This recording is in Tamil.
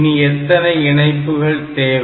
இனி எத்தனை இணைப்புகள் தேவை